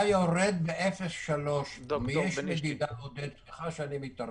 היה יורד ב-0.3%, סליחה שאני מתערב.